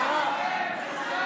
בושה.